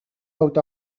out